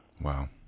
Wow